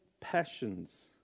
passions